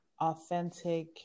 authentic